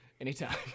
Anytime